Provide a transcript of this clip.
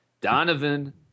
Donovan